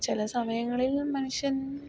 ചില സമയങ്ങളിൽ മനുഷ്യൻ